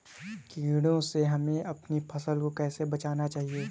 कीड़े से हमें अपनी फसल को कैसे बचाना चाहिए?